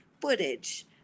footage